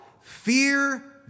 Fear